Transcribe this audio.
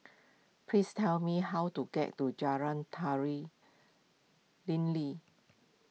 please tell me how to get to Jalan Tari Lim Lee